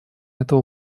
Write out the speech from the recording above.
этого